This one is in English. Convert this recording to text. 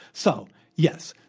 so, yes,